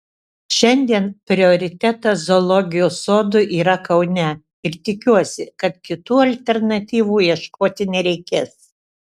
šiandien prioritetas zoologijos sodui yra kaune ir tikiuosi kad kitų alternatyvų ieškoti nereikės